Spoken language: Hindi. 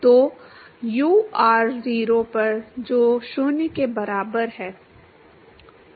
तो u r0 पर जो 0 के बराबर है